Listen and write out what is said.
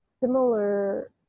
similar